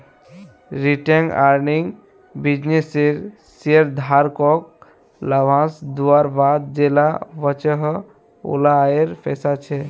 retained earning बिज्नेसेर शेयरधारकोक लाभांस दुआर बाद जेला बचोहो उला आएर पैसा छे